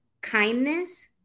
kindness